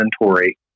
inventory